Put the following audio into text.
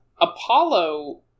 Apollo